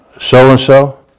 so-and-so